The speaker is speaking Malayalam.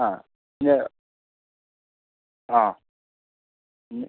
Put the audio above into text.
ആ ആ മ്